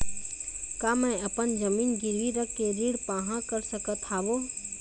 का मैं अपन जमीन गिरवी रख के ऋण पाहां कर सकत हावे?